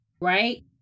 right